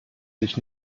sich